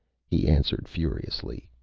he answered furiously,